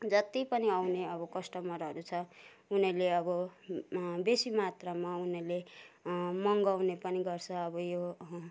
जति पनि आउने अब कस्टमरहरू छ उनीहरूले अब बेसी मात्रामा उनीहरूले मगाउने पनि गर्छ अब यो